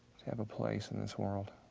to have a place in this world.